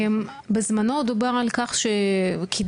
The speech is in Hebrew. בזמנו דובר על כך שכדי